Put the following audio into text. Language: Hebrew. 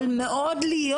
יכול מאוד להיות,